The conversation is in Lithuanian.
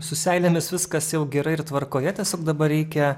su seilėmis viskas jau gerai ir tvarkoje tiesiog dabar reikia